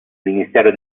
ministero